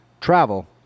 travel